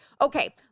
Okay